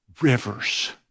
rivers